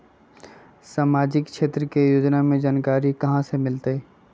सामाजिक क्षेत्र के योजना के जानकारी कहाँ से मिलतै?